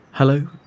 Hello